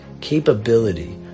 capability